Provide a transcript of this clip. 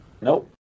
Nope